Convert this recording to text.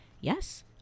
Yes